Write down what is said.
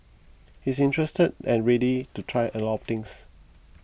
he is interested and ready to try a lot of things